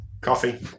Coffee